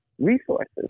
resources